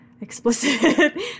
explicit